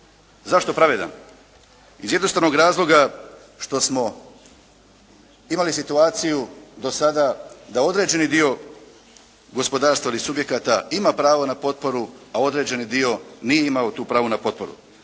Zašto pravedan? Iz jednostavnog razloga što smo imali situaciju do sada da određeni dio gospodarstva ili subjekata ima pravo na potporu, a određeni nije imao to pravo na potporu.